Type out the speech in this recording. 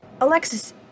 Alexis